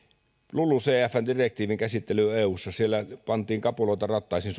lulucf direktiivin käsittelyssä eussa pantiin kapuloita rattaisiin